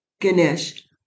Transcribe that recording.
Ganesh